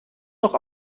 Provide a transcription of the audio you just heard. noch